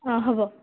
অঁ হ'ব